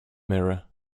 mirror